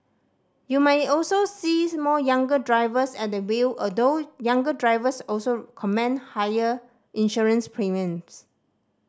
you might also see more younger drivers at the wheel although younger drivers also command higher insurance premiums